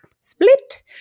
split